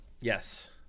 Yes